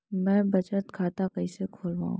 मै बचत खाता कईसे खोलव?